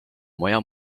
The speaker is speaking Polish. moja